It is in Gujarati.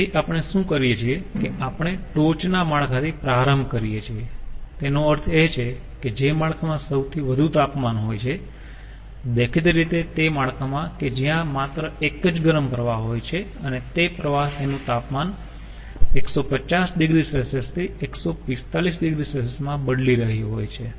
તેથી આપણે શું કરીયે છીએ કે આપણે ટોચ નાં માળખાથી પ્રારંભ કરીયે છીએ તેનો અર્થ એ છે કે જે માળખામાં સૌથી વધુ તાપમાન હોય છે દેખીતી રીતે તે માળખામાં કે જ્યાં માત્ર એક જ ગરમ પ્રવાહ હોય છે અને તે પ્રવાહ તેનું તાપમાન 150 oC થી 145 oC માં બદલી રહ્યું હોય છે